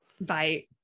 Bye